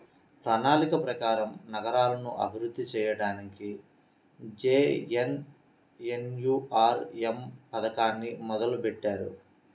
ప్రణాళిక ప్రకారం నగరాలను అభివృద్ధి చెయ్యడానికి జేఎన్ఎన్యూఆర్ఎమ్ పథకాన్ని మొదలుబెట్టారు